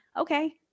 Okay